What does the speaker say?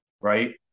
right